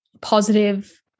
positive